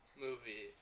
movie